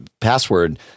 password